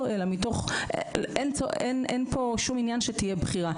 אלא מתוך זה שאין פה שום עניין שתהיה בחירה.